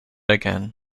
again